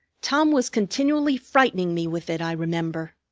tom was continually frightening me with it, i remember.